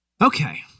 Okay